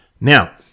Now